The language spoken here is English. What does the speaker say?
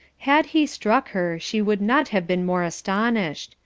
had he struck her, she would not have been more astonished.